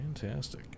Fantastic